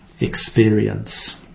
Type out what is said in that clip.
experience